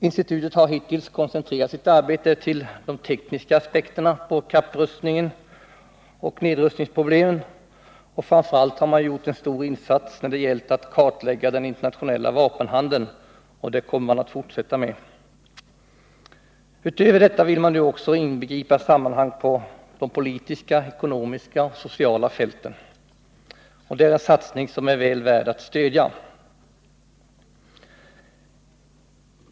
Institutet har hittills koncentrerat sitt arbete till de tekniska aspekterna på kapprustningen och nedrustningsproblemen, och framför allt har man gjort en stor insats när det gällt att kartlägga den internationella vapenhandeln, vilket man kommer att fortsätta med. Utöver detta vill man nu också inbegripa sammanhang på de politiska, ekonomiska och sociala fälten. Det är en satsning som är väl värd att stödjas.